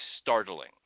startling